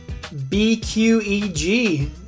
BQEG